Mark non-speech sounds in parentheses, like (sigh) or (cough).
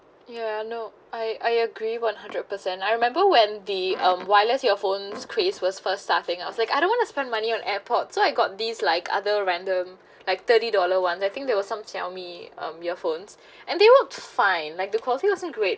ya no I I agree one hundred percent I remember when the um wireless earphones craze was first starting I was like I don't want to spend money on airpod so I got this like other random like thirty dollar one I think there was some Xiaomi um earphones (breath) and they worked fine like the quality also great